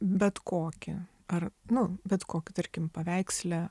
bet kokį ar nu bet kokį tarkim paveiksle